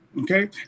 Okay